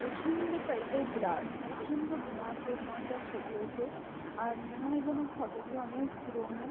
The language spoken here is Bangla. প্রচণ্ড টাইপের ব্লার প্রচণ্ড ধোঁয়াশে ধোঁয়াশা ছবি ওটে আর মনে হয় যেন ফটোগুলো অনেক পুরোনো